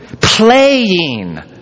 Playing